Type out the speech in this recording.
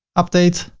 update.